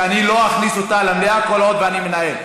שאני לא אכניס אותה למליאה כל עוד אני מנהל,